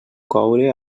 coure